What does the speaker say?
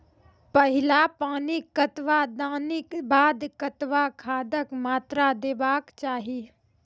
पहिल पानिक कतबा दिनऽक बाद कतबा खादक मात्रा देबाक चाही?